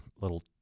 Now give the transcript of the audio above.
little